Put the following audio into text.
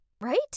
right